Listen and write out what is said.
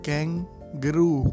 Kangaroo